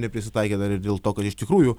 neprisitaikė dar ir dėl to kad jie iš tikrųjų